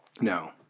No